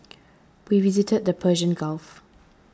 we visited the Persian Gulf